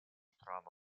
trova